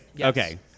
Okay